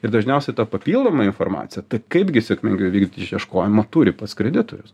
ir dažniausiai ta papildoma informacija tai kaipgi sėkmingai vykdyti išieškojimą turi pas kreditorius